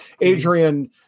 Adrian